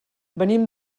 venim